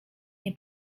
nie